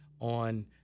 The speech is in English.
on